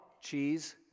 cheese